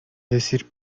decir